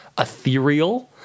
ethereal